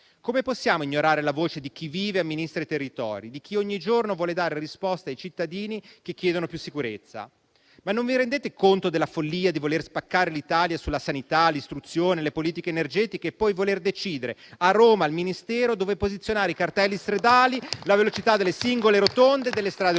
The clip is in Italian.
Come possiamo ignorare la voce di chi vive e amministra i territori, di chi ogni giorno vuole dare risposte ai cittadini che chiedono più sicurezza? Ma non vi rendete conto della follia di voler spaccare l'Italia sulla sanità, l'istruzione e le politiche energetiche e poi voler decidere a Roma, al Ministero, dove posizionare i cartelli stradali e la velocità delle singole rotonde e delle strade urbane?